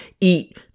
eat